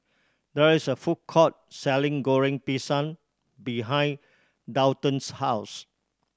there is a food court selling Goreng Pisang behind Daulton's house